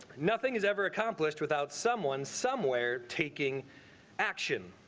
nothing is ever accomplished without someone somewhere taking action.